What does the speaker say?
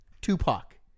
Tupac